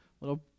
little